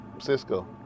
Cisco